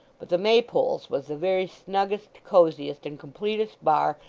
but the maypole's was the very snuggest, cosiest, and completest bar,